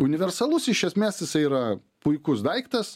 universalus iš esmės jisai yra puikus daiktas